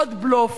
עוד בלוף,